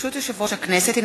ברשות יושב-ראש הכנסת,